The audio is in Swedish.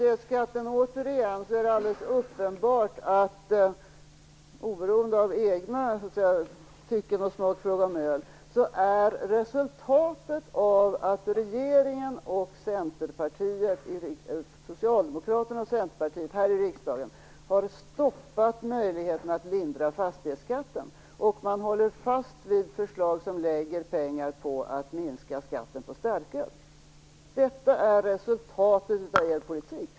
Herr talman! Det är alldeles uppenbart att oberoende av eget tycke och smak i fråga om öl så är resultatet av Socialdemokraternas och Centerpartiets agerande här i riksdagen att möjligheterna att lindra fastighetsskatten har stoppats. De håller fast vid förslag som lägger pengar på att minska skatten på starköl. Det är resultatet av deras politik.